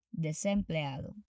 desempleado